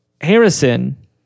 Harrison